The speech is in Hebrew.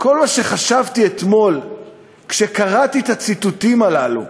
כל מה שחשבתי אתמול כשקראתי את הציטוטים הללו,